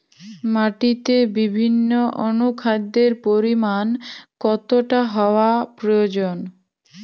মাটিতে বিভিন্ন অনুখাদ্যের পরিমাণ কতটা হওয়া প্রয়োজন?